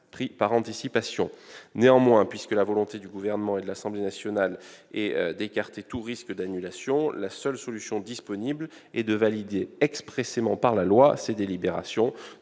Néanmoins, puisque la volonté du Gouvernement et de l'Assemblée nationale est d'écarter tout risque d'annulation, la seule solution disponible est de valider expressément par la loi ces délibérations,